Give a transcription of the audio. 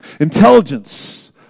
Intelligence